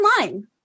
online